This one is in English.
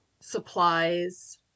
supplies